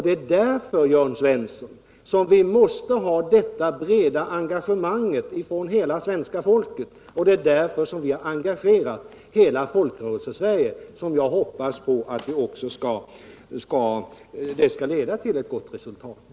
Det är därför, Jörn Svensson, som vi måste ha detta breda engagemang från hela svenska folket, och det är därför vi engagerar hela Folkrörelsesverige, vilket jag hoppas också skall leda till ett gott resultat.